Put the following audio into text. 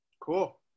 Cool